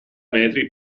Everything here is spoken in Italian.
metri